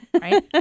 right